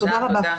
תודה רבה.